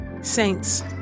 Saints